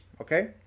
Okay